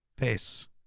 Peace